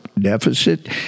deficit